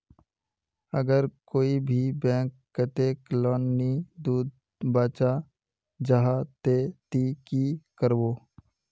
अगर कोई भी बैंक कतेक लोन नी दूध बा चाँ जाहा ते ती की करबो?